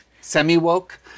Semi-woke